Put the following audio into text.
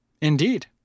Indeed